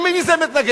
עם מי זה מתנגש?